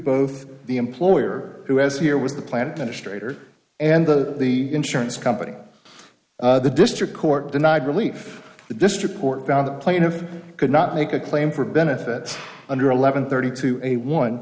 both the employer who as here was the planet straighter and the the insurance company the district court denied relief the district court found the plaintiff could not make a claim for benefits under eleven thirty to a one